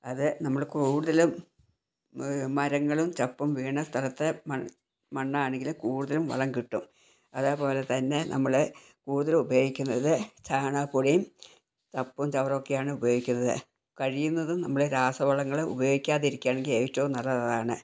അത് നമ്മൾ കൂടുതലും മരങ്ങളും ചപ്പും വീണ സ്ഥലത്തെ മണ്ണാണെങ്കിൽ കൂടുതലും വളം കിട്ടും അതേപോലെതന്നെ നമ്മൾ കൂടുതൽ ഉപയോഗിക്കുന്നത് ചാണകപ്പൊടിയും ചപ്പും ചവറും ഒക്കെയാണ് ഉപയോഗിക്കുന്നത് കഴിയുന്നതും നമ്മൾ രാസവളങ്ങൾ ഉപയോഗിക്കാതിരിക്കുകയാണെങ്കിൽ ഏറ്റവും നല്ലതതാണ്